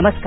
नमस्कार